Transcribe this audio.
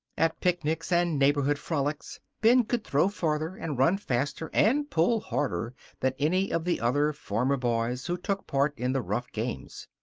at picnics and neighborhood frolics ben could throw farther and run faster and pull harder than any of the other farmer boys who took part in the rough games.